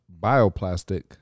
bioplastic